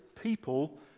people